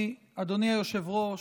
אדוני היושב-ראש,